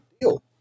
deal